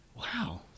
wow